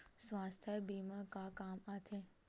सुवास्थ बीमा का काम आ थे?